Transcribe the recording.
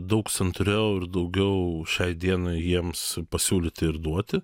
daug santūriau ir daugiau šiai dienai jiems pasiūlyti ir duoti